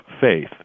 faith